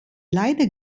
leider